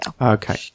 okay